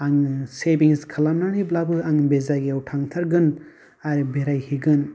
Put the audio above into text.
आङो सेभिंस खालामनानैब्लाबो आङो बे जायगायाव थांथारगोन आरो बेराय हैगोन